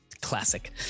Classic